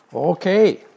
Okay